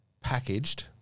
packaged